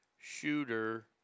Shooter